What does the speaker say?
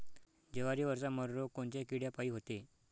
जवारीवरचा मर रोग कोनच्या किड्यापायी होते?